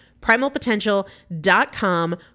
Primalpotential.com